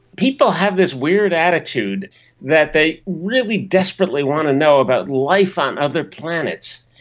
people have this weird attitude that they really desperately want to know about life on other planets,